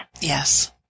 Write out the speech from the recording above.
yes